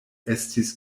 estis